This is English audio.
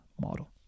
model